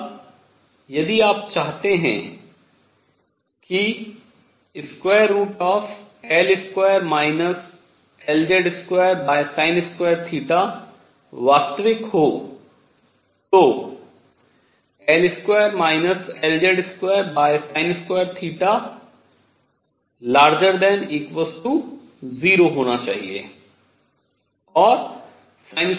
अब यदि आप चाहते हैं कि L2 Lz2 वास्तविक हो तो L2 Lz2 ≥0 होना चाहिए